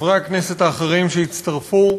חברי הכנסת האחרים שהצטרפו,